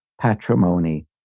patrimony